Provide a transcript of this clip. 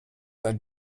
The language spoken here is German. ein